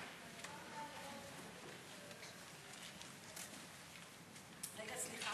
רגע, סליחה,